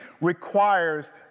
requires